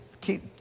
Keep